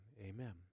Amen